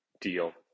deal